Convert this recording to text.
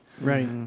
right